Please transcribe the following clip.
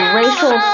racial